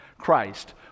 Christ